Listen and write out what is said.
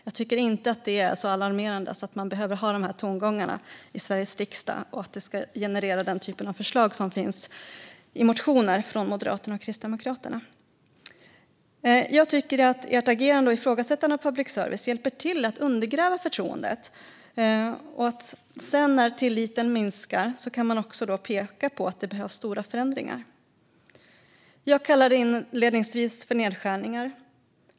Jag tycker inte att det är så alarmerande att man behöver ha de här tongångarna i Sveriges riksdag eller att det ska generera den typ av förslag som finns i motioner från Moderaterna och Kristdemokraterna. Jag tycker att ert agerande och ifrågasättande av public service hjälper till att undergräva förtroendet. Sedan, när tilliten minskar, kan man peka på att det behövs stora förändringar. Jag kallade det inledningsvis nedskärningar.